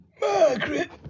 Margaret